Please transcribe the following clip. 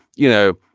you know,